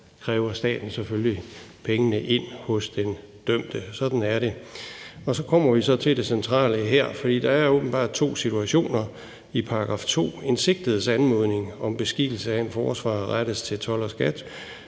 kræver staten selvfølgelig pengene ind hos den dømte, sådan er det. Så kommer vi til det centrale her, for der er åbenbart to situationer i § 2: En sigtets anmodning om beskikkelse af en forsvarer rettes til